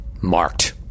marked